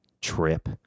trip